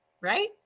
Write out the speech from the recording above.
right